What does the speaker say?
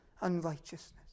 unrighteousness